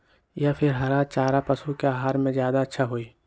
या फिर हरा चारा पशु के आहार में ज्यादा अच्छा होई?